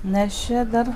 nes čia dar